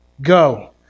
go